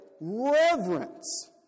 reverence